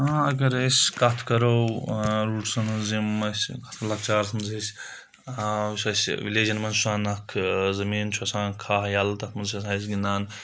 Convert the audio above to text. اگر أسۍ کَتھ کَرو روٗٹسَن ہٕنٛز یِم اَسہِ لَکچارَس منٛز أسۍ یُس اَسہِ وِلَیجَن منٛز چھُ آسان زَمیٖن چھُ آسان کھاہ یَلہٕ تَتھ منٛز چھِ آسان اَسہِ گِنٛدان